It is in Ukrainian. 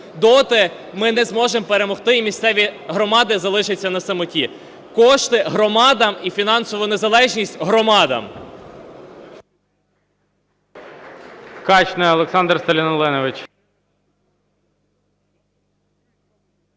доти ми не зможемо перемогти, і місцеві громади залишаться на самоті. Кошти громадам і фінансова незалежність громадам!